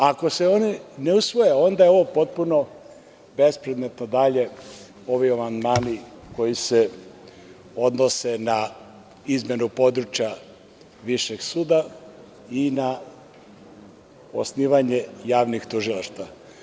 Ako se oni ne usvoje, onda je ovo potpuno bespredmetno dalje, ovi amandmani koji se odnose na izmenu područja višeg suda i na osnivanje javnih tužilaštava.